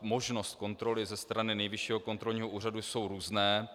možnost kontroly ze strany Nejvyššího kontrolního úřadu, jsou různé.